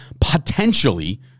potentially